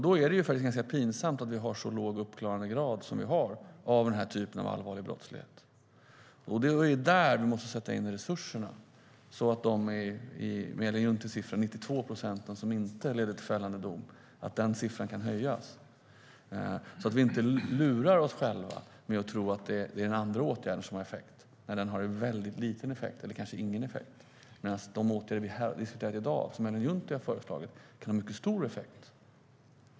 Då är det ganska pinsamt att vi har så låg uppklaringsgrad som vi har av den här typen av allvarlig brottslighet. Det är där vi måste sätta in resurserna så att siffran 92 procent som inte leder till fällande dom, som Ellen Juntti nämnde, kan höjas. Vi får inte lura oss själva att tro att det är den andra åtgärden som har effekt när den har en väldigt liten eller kanske ingen effekt alls, medan de åtgärder som vi diskuterat i dag, och som Ellen Juntti har föreslagit, kan ha mycket stor effekt.